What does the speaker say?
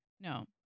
No